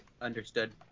Understood